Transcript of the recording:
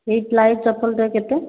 ସେ ଫ୍ଲାଇଟ୍ ଚପଲ ଟା କେତେ